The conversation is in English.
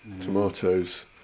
tomatoes